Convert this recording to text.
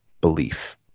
belief